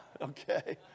Okay